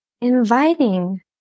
inviting